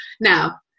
Now